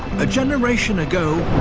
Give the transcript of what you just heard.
a generation ago,